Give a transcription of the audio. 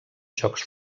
jocs